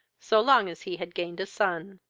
so long as he had gained a son.